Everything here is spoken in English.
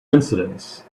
incidents